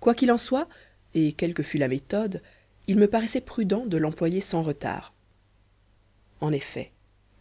quoi qu'il en soit et quelle que fût la méthode il me paraissait prudent de l'employer sans retard en effet